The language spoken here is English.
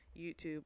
YouTube